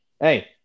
hey